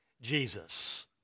Jesus